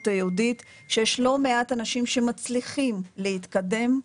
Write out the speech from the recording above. היהודית שיש לא מעט אנשים שמצליחים להתקדם.